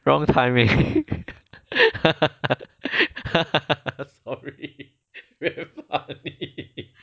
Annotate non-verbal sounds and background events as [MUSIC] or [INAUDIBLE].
wrong timing [LAUGHS] sorry [LAUGHS]